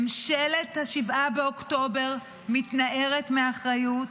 ממשלת 7 באוקטובר מתנערת מאחריות.